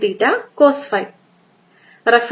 rPx